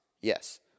Yes